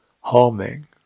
harming